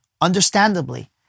understandably